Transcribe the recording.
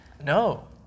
No